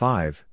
Five